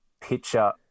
picture